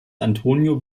antonio